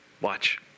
Watch